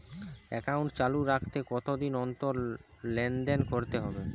Account চালু রাখতে কতদিন অন্তর লেনদেন করতে হবে?